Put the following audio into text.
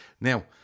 now